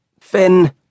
Finn